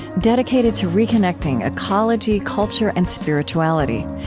dedicated to reconnecting ecology, culture, and spirituality.